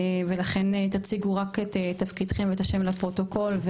ולכן תציגו רק את תפקידכם ואת השם לפרוטוקול,